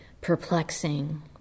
perplexing